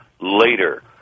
later